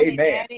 Amen